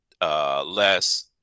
less